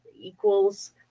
equals